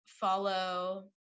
follow